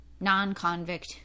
non-convict